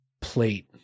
plate